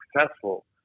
successful